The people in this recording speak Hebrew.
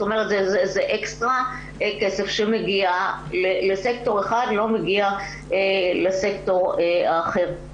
זה אקסטרה כסף שמגיע לסקטור אחד ולא מגיע לסקטור האחר.